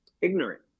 ignorant